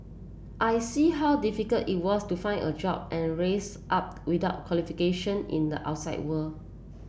I see how difficult it was to find a job and rise up without qualification in the outside world